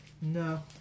No